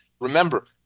Remember